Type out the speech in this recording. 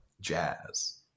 jazz